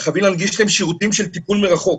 שירותים של טיפול מרחוק.